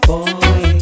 Boy